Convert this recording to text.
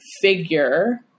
figure